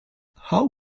how